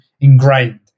ingrained